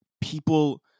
People